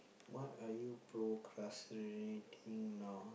what are you procrastinating now